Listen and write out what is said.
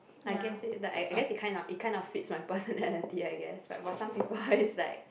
I guess it I guess it kind of it kind of fits my personality I guess for some people it's like